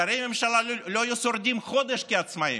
שרי הממשלה לא היו שורדים חודש כעצמאים.